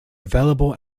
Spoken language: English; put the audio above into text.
available